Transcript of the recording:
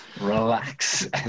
relax